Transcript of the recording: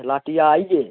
लाट्टी दा आई ऐ